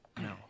No